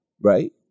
right